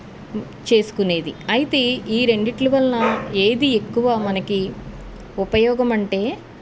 చేసుకునేది అయితే ఈ రెండింటి వల్ల ఏది ఎక్కువ మనకు ఉపయోగమంటే